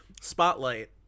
spotlight